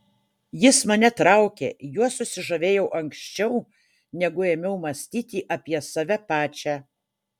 jis mane traukė juo susižavėjau anksčiau negu ėmiau mąstyti apie save pačią